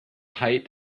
height